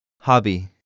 Hobby